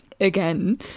again